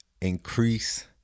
increase